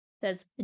says